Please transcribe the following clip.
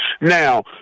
Now